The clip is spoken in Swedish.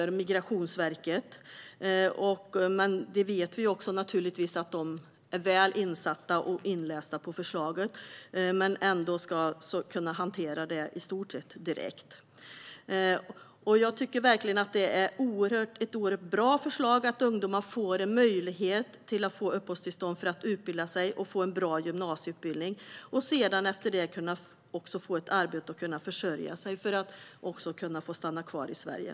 Vi vet att man där är väl insatt och inläst på förslaget, men man ska trots allt kunna hantera det i stort sett direkt. Jag tycker att det är ett oerhört bra förslag att ungdomar ges möjlighet att få uppehållstillstånd för att utbilda sig och få en bra gymnasieutbildning och att de efter det kan få ett arbete och försörja sig och kunna stanna kvar i Sverige.